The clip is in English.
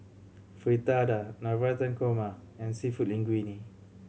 Fritada Navratan Korma and Seafood Linguine